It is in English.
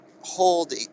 hold